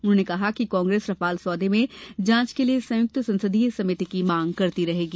उन्होंने कहा कि कांग्रेस रफाल सौदे में जांच के लिये संयुक्त संसदीय समिति की मांग करती रहेगी